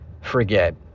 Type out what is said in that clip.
forget